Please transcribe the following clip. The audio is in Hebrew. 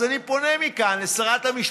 אז אני פונה מכאן לשרת המשפטים: